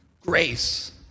Grace